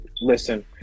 Listen